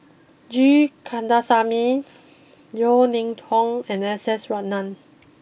G Kandasamy Yeo Ning Hong and S S Ratnam